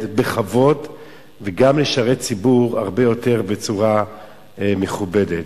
בכבוד וגם לשרת ציבור בצורה הרבה יותר מכובדת.